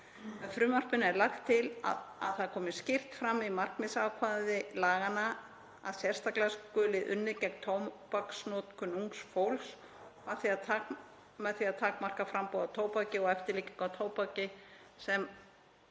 frumvarpinu er lagt til að það komi skýrt fram í markmiðsákvæði laganna að sérstaklega skuli unnið gegn tóbaksnotkun ungs fólk og að því að takmarka framboð á tóbaki og eftirlíkingu af tóbaki sem